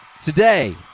Today